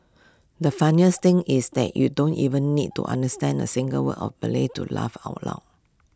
the funniest thing is that you don't even need to understand A single word of Malay to laugh out loud